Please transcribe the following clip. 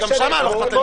שגם שם --- גם